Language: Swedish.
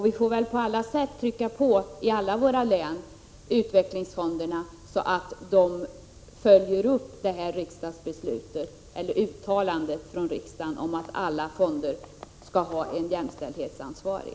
Vi får väl på allt sätt i alla våra län trycka på hos utvecklingsfonderna, så att de följer uttalandet från riksdagen om att alla fonder skall ha en jämställdhetsansvarig.